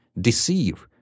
deceive